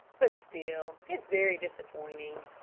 but still it's very disappointing,